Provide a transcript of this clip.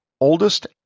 oldest